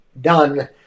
done